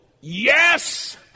Yes